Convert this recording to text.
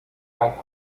can